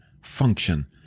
function